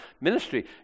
ministry